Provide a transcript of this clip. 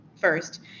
First